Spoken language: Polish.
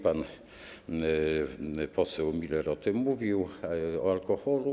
Pan poseł Miller o tym mówił, o alkoholu.